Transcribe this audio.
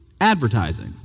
advertising